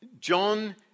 John